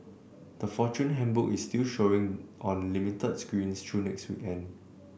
the Fortune Handbook is still showing on limited screens through next week